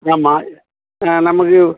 ஆமாம் நமக்கு